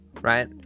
right